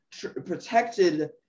protected